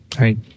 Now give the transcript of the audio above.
Right